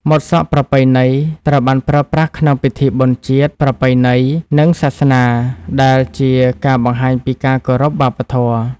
ម៉ូតសក់ប្រពៃណីត្រូវបានប្រើប្រាស់ក្នុងពិធីបុណ្យជាតិ ប្រពៃណី និងសាសនា ដែលជាការបង្ហាញពីការគោរពវប្បធម៌។